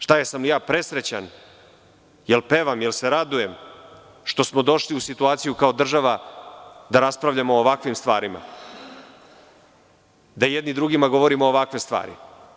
Šta, jesam li ja presrećan, da li pevam, da li se radujem što smo došli u situaciju kao država da raspravljamo o ovakvim stvarima, da jedni drugima govorimo ovakve stvari?